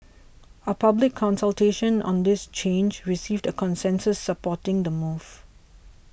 a public consultation on this change received a consensus supporting the move